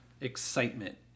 excitement